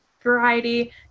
variety